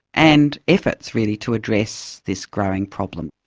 and efforts, really, to address this growing problem.